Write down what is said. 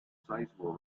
sizeable